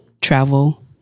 travel